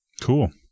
Cool